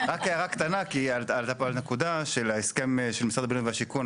רק הערה קטנה כי עלתה פה הנקודה של ההסכם של משרד הבינוי והשיכון,